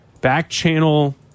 back-channel